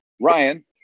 Ryan